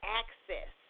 access